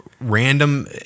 random